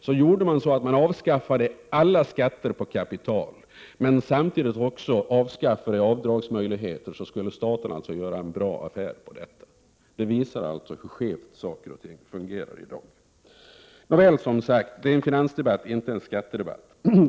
Om alla skatter på kapital avskaffades men avdragsmöjligheterna samtidigt avskaffades skulle staten göra en bra affär. Det visar alltså hur skevt saker och ting fungerar i dag. Nåväl, detta är en finansdebatt, inte en skattedebatt.